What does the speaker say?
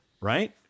Right